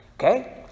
Okay